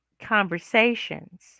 conversations